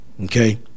okay